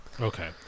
Okay